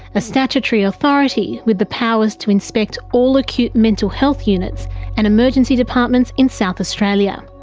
a statutory authority with the powers to inspect all acute mental health units and emergency departments in south australia.